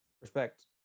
Respect